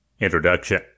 INTRODUCTION